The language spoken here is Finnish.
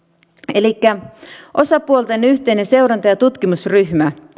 elikkä osapuolten yhteinen seuranta ja tutkimusryhmä